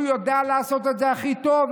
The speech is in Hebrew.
הוא יודע לעשות את זה הכי טוב,